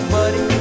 buddy